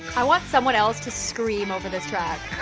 i want someone else to scream over this track.